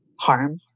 harm